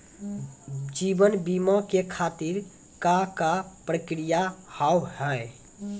जीवन बीमा के खातिर का का प्रक्रिया हाव हाय?